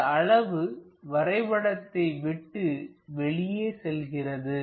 இந்த அளவு வரைபடத்தை விட்டு வெளியே செல்கிறது